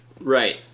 Right